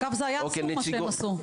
אגב זה היה אסור מה שהם עשו.